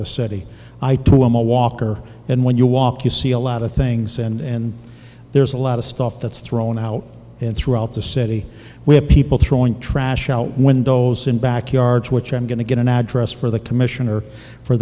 the city i too am a walker and when you walk you see a lot of things and there's a lot of stuff that's thrown out throughout the city we have people throwing trash out windows in backyards which i'm going to get an address for the commissioner for